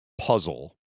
puzzle